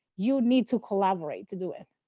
you need to collaborate to do it.